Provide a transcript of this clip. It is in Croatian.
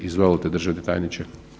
Izvolite državni tajniče.